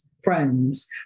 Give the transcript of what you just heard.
Friends